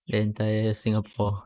the entire Singapore